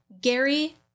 Gary